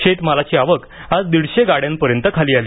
शेतमालाची आवक आज दीडशे गाड्यांपर्यंत खाली आली